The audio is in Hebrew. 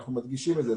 אנחנו מדגישים את זה,